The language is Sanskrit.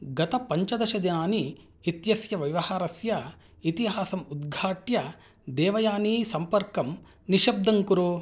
गत पञ्चदशदिनानि इत्यस्य व्यवहारस्य इतिहासम् उद्घाट्य देवयानी सम्पर्कं निःशब्दं कुरु